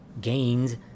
gains